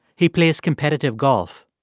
he plays competitive golf.